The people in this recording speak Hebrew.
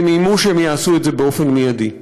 והם איימו שהם יעשו את זה באופן מיידי.